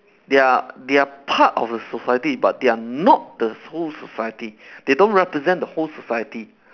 they are they are part of a society but they are not the whole society they don't represent the whole society